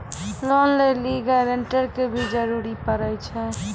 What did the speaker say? Loan लै लेली guarantor के भी जरूरी पड़ै छै?